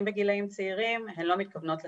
בגילאים צעירים הן לא מתכוונות לחסן.